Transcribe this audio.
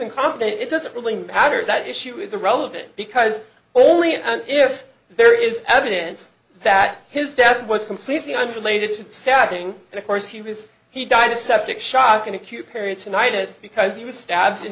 incompetent it doesn't really matter that issue is irrelevant because only and if there is evidence that his death was completely unrelated to the stabbing and of course he has he died of septic shock and acute period tonight is because he was stabbed in